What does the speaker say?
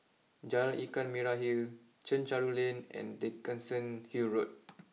Jalan Ikan Merah Hill Chencharu Lane and Dickenson Hill Road